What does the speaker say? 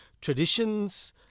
Traditions